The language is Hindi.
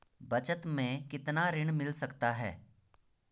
बचत मैं कितना ऋण मिल सकता है?